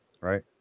Right